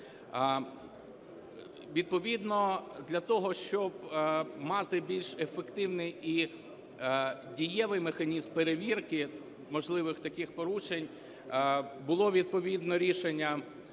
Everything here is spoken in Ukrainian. Відповідно для того, щоб мати більш ефективний і дієвий механізм перевірки можливих таких порушень було відповідно рішення